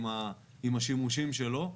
עם השימושים שלו.